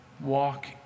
Walk